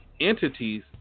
entities